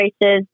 races